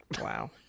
Wow